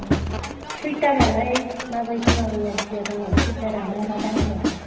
सुवेटारालाय माबायदि माबायदिया दङ सुवेटारा मा मा दामनिया दं